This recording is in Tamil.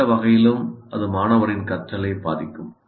எந்த வகையிலும் அது மாணவரின் கற்றலை பாதிக்கும்